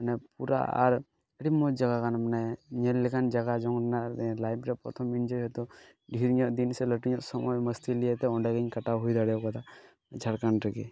ᱢᱟᱱᱮ ᱯᱩᱨᱟ ᱟᱨ ᱟᱹᱰᱤ ᱢᱚᱡᱽ ᱡᱟᱭᱜᱟ ᱠᱟᱱᱟ ᱢᱟᱱᱮ ᱧᱮᱞ ᱞᱮᱠᱟᱱ ᱡᱟᱭᱜᱟ ᱡᱮᱢᱚᱱ ᱢᱟᱱᱮ ᱞᱟᱭᱤᱯᱷᱨᱮ ᱯᱚᱛᱷᱚᱢᱤᱧ ᱡᱮᱦᱮᱛᱩ ᱰᱷᱮᱨᱧᱚᱜ ᱫᱤᱱ ᱥᱮ ᱞᱟᱹᱴᱩᱧᱚᱜ ᱥᱚᱢᱚᱭ ᱢᱟᱥᱛᱤᱞᱤᱭᱟᱹ ᱚᱸᱰᱮᱜᱮᱧ ᱠᱟᱴᱟᱣ ᱦᱩᱭ ᱫᱟᱲᱮᱣᱠᱟᱫᱟ ᱡᱷᱟᱲᱠᱷᱚᱸᱰ ᱨᱮᱜᱮ